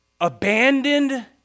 abandoned